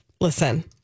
listen